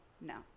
No